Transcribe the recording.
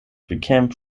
became